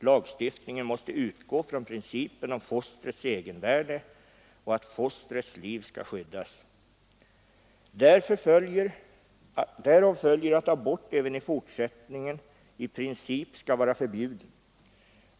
Lagstiftningen måste utgå från principen om fostrets egenvärde och att fostrets liv skall skyddas. Därav följer att abort även i fortsättningen i princip skall vara förbjuden.